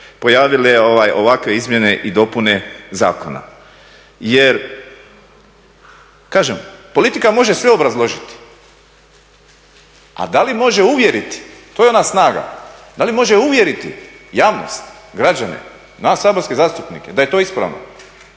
pojavile ovakve izmjene i dopune zakona. Jer kažem, politika može sve obrazložiti. A da li može uvjeriti to je ona snaga, da li može uvjeriti javnost, građane, nas saborske zastupnike da je to ispravno.